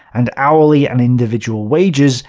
and hourly and individual wages,